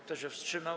Kto się wstrzymał?